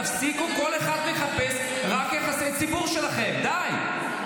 תפסיקו כל אחד לחפש רק את יחסי הציבור שלכם, די.